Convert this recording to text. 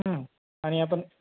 हम्म आणि आपण